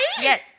Yes